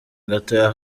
gatoya